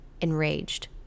enraged